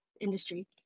industry